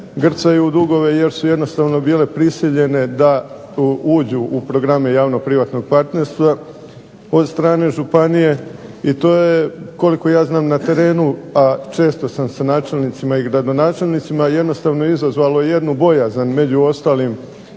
grcaju u dugove jer su jednostavno bile prisiljene da uđu u programe javno-privatnog partnerstva od strane županije i to je koliko ja znam na terenu a često sam sa načelnicima i gradonačelnicima jednostavno izazvalo jednu bojazan među ostalim